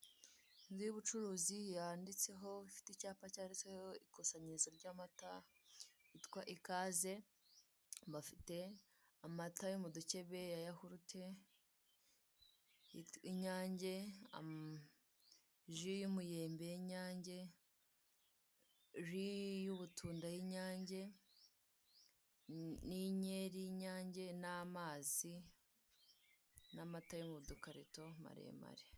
Inzu y'ubucuruzi yanditseho, ifite icyapa cyanditseho ikusanyirizo ry'amata yitwa Ikaze. Bafite amata yo mu dukebe ya yahurute y'Inyange, ji y'umuyembe y'Inyange, ji y'ubutunda y'Inyange n'iyinkeri y'Inyange, n'amazi, n'amata yo mu dukarito maremare.